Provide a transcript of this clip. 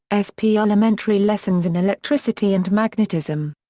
s. p. elementary lessons in electricity and magnetism.